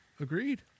agreed